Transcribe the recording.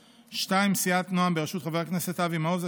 למעט חבר הכנסת אבי מעוז,